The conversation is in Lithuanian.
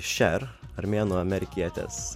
šer armėnų amerikietės